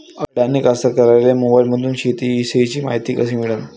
अडानी कास्तकाराइले मोबाईलमंदून शेती इषयीची मायती कशी मिळन?